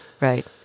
right